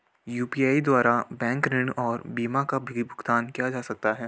UPI द्वारा bank ऋण और बीमा का भी भुगतान किया जा सकता है?